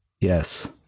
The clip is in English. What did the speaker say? Yes